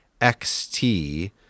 XT